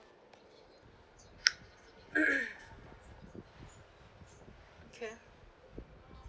K